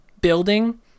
building